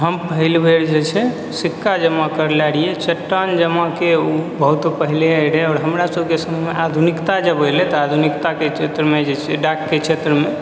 हम पहिल बेर जे छै सिक्का जमा करले रहियै चट्टान जमाके ओ बहुत पहिले रहै आओर हमरा सबके समयमे आधुनिकता जब ऐलै तऽ आधुनिकताके चक्करमे जे छै डाकके क्षेत्रमे